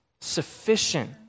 sufficient